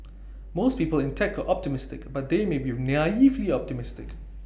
most people in tech are optimistic but they may be naively optimistic